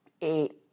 eight